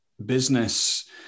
Business